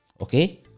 Okay